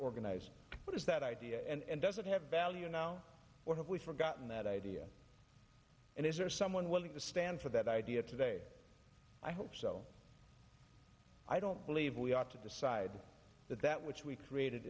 organize what is that idea and does it have value now what have we forgotten that idea and is there someone willing to stand for that idea today i hope so i don't believe we ought to decide that that which we created